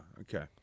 okay